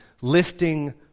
lifting